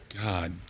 God